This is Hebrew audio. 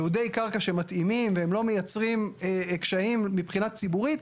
ייעודי קרקע שמתאימים והם לא מייצרים קשיים מבחינה ציבורית.